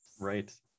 Right